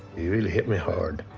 really hit me hard.